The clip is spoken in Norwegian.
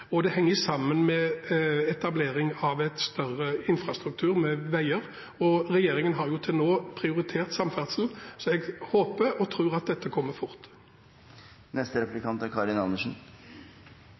og det henger sammen med etablering av en større infrastruktur med veier. Regjeringen har til nå prioritert samferdsel, så jeg håper og tror at dette kommer fort.